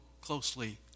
closely